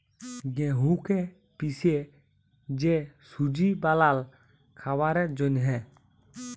গেঁহুকে পিসে যে সুজি বালাল খাবারের জ্যনহে